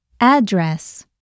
Address